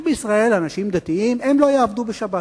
יש בישראל אנשים דתיים, הם לא יעבדו בשבת